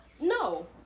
No